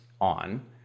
on